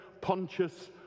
Pontius